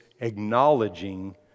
acknowledging